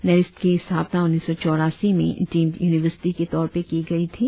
NERIST की स्थापना उन्नीस सौ चौरासी में डीम्ड यूनिवर्सिटी के तौर पर की गई थी